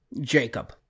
Jacob